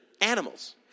animals